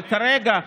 אבל כרגע,